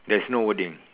there's no wording